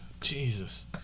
Jesus